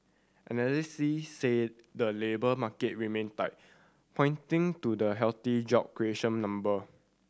analyst said the labour market remain tight pointing to the healthy job creation number